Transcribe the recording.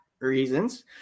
reasons